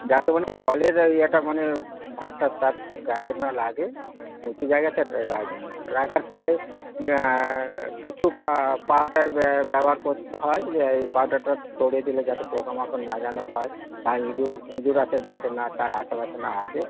যাতে মানে জলের এই এটা মানে ভাবটা তার গায়েতে না লাগে উঁচু জায়গাতে রাখবেন রাখার ফলে কিছু পা পাউডার ব্যবহার করতে হয় এই পাউডারটা ছড়িয়ে দিলে যাতে পোকামাকড় না যেন হয় বা ইঁদুর ইঁদুর আসে যাতে না তার আশেপাশে না আসে